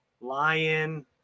lion